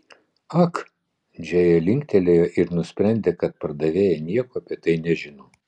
ak džėja linktelėjo ir nusprendė kad pardavėja nieko apie tai nežino